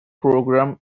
program